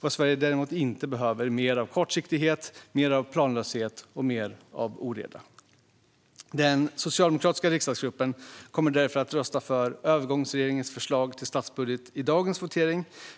Vad Sverige däremot inte behöver är mer av kortsiktighet, mer av planlöshet och mer av oreda. Den socialdemokratiska riksdagsgruppen kommer därför att rösta för övergångsregeringens förslag till statsbudget i dagens votering.